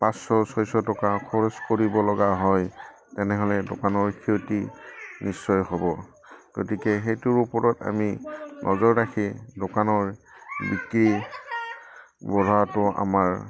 পাঁচশ ছয়শ টকা খৰচ কৰিব লগা হয় তেনেহ'লে দোকানৰ ক্ষতি নিশ্চয় হ'ব গতিকে সেইটোৰ ওপৰত আমি নজৰ ৰাখি দোকানৰ বিক্ৰী বঢ়োৱাটো আমাৰ